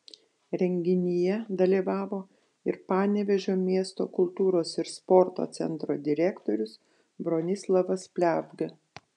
renginyje dalyvavo ir panevėžio miesto kultūros ir sporto centro direktorius bronislovas pliavga